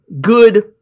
good